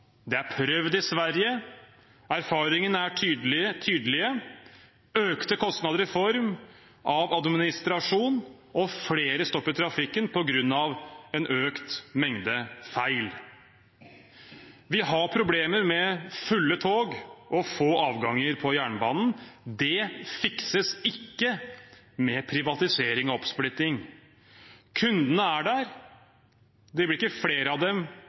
Det er prøvd i Sverige, og erfaringene er tydelige: økte kostnader i form av administrasjon og flere stopp i trafikken på grunn av en økt mengde feil. Vi har problemer med fulle tog og få avganger på jernbanen. Det fikses ikke med privatisering og oppsplitting. Kundene er der. Det blir ikke flere av dem